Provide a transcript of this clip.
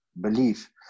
belief